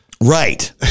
Right